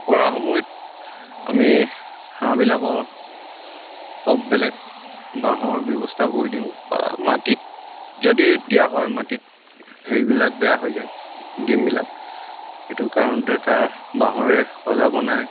পৰা সময়ত আমি হাঁহবিলাকক বেলেগ বাঁহৰ ব্যৱস্থা কৰি দিওঁ বা মাটিত যদি দিয়া হয় মাটিত হেৰিবিলাক বেয়া হৈ যায় ডিমবিলাক সেইটো কাৰণতে তাৰ বাঁহৰে সঁজা বনাই